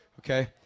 Okay